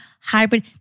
hybrid